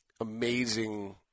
amazing